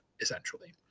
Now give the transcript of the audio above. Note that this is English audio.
essentially